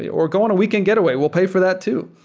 yeah or go on a weekend getaway will pay for that too.